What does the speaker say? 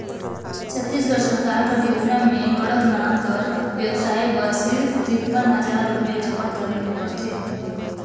छत्तीसगढ़ सरकार कर योजना में कड़कनाथ कर बेवसाय बर सिरिफ तिरपन हजार रुपिया जमा करे ले परथे